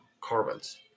carbons